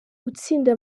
gutsinda